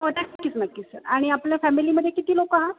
हो नक्कीच नक्कीच सर आणि आपल्या फॅमिलीमध्ये किती लोकं आहात